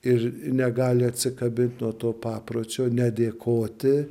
ir negali atsikabint nuo to papročio nedėkoti